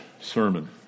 sermon